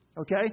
Okay